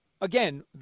Again